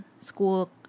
school